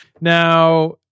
Now